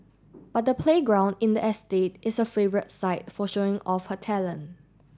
but the playground in the estate is her favourite site for showing off her talent